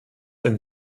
ein